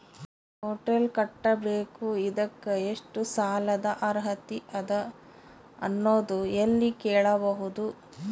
Hotel ಕಟ್ಟಬೇಕು ಇದಕ್ಕ ಎಷ್ಟ ಸಾಲಾದ ಅರ್ಹತಿ ಅದ ಅನ್ನೋದು ಎಲ್ಲಿ ಕೇಳಬಹುದು?